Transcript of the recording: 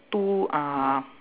two uh